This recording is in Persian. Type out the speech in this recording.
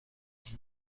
این